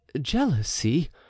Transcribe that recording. jealousy